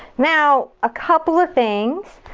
now, a couple of things.